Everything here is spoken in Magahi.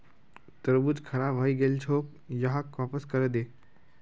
तरबूज खराब हइ गेल छोक, यहाक वापस करे दे